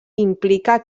implica